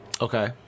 Okay